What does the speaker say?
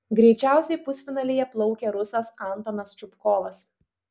greičiausiai pusfinalyje plaukė rusas antonas čupkovas